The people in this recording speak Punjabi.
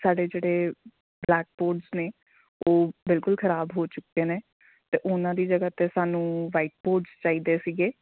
ਸਾਡੇ ਜਿਹੜੇ ਬਲੈਕ ਬੋਰਡਜ਼ ਨੇ ਉਹ ਬਿਲਕੁਲ ਖਰਾਬ ਹੋ ਚੁੱਕੇ ਨੇ ਅਤੇ ਉਹਨਾਂ ਦੀ ਜਗ੍ਹਾ 'ਤੇ ਸਾਨੂੰ ਵਾਈਟ ਬੋਰਡਜ਼ ਚਾਹੀਦੇ ਸੀਗੇ